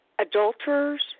Adulterers